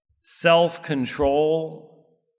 self-control